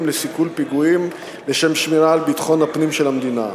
לסיכול פיגועים לשם שמירה על ביטחון הפנים של המדינה.